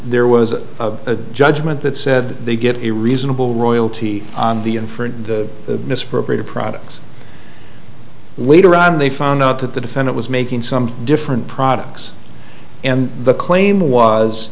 there was a judgment that said they get a reasonable royalty on the end for the misappropriated products later on they found out that the defendant was making some different products and the claim was